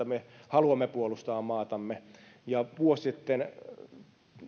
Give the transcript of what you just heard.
me haluamme puolustaa maatamme vuosi sitten